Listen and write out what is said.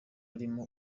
arimo